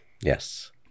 Yes